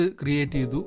creative